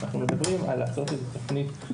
אנחנו מדברים על לעשות איזה תכנית,